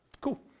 Cool